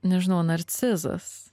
nežinau narcizas